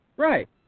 right